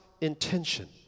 intention